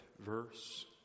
verse